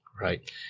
Right